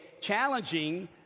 challenging